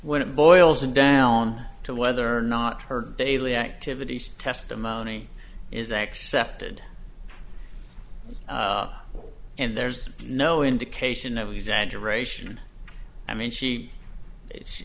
when it boils down to whether or not her daily activities testimony is accepted and there's no indication of exaggeration i mean she she